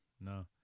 no